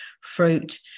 fruit